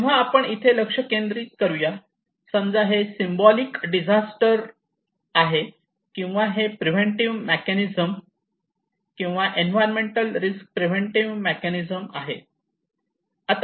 तेव्हा आपण इथे लक्ष केंद्रित करूयात समजा हे सिंबोलिक डिझास्टर आहे किंवा हे प्रिव्हेंटिव्ह मेकॅनिझम किंवा एन्व्हायर्नमेंटल रिस्क प्रिव्हेंटिव्ह मेकॅनिझम आहे